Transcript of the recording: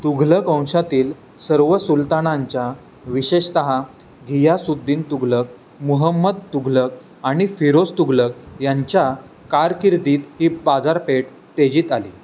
तुघलक वंशातील सर्व सुल्तानांच्या विशेषतः घियासुद्दीन तुघलक मुहम्मद तुघलक आणि फिरोज तुघलक यांच्या कारकिर्दीत ही बाजारपेठ तेजीत आली